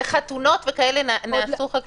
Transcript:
בחתונות וכן הלאה נעשו חקירות?